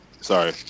Sorry